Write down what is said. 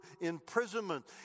imprisonment